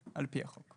התראה על פי החוק.